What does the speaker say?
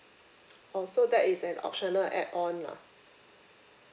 oh so that is an optional add on lah